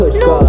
no